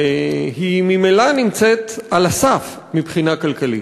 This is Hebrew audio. והיא ממילא נמצאת על הסף מבחינה כלכלית.